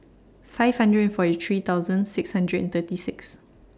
five hundred forty three thousand six hundred and thirty six